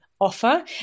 offer